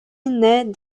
naît